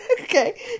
Okay